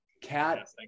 cat